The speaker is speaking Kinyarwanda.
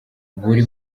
buri